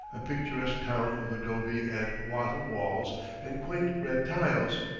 a picturesque town of adobe and wattle walls and quaint red tiles.